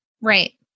Right